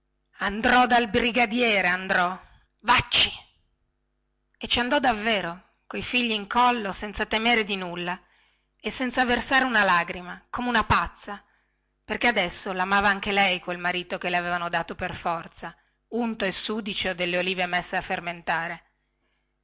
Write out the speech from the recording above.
andrò dal brigadiere andrò vacci e ci andò davvero coi figli in collo senza temere di nulla e senza versare una lagrima come una pazza perchè adesso lamava anche lei quel marito che le avevano dato per forza unto e sudicio dalle ulive messe a fermentare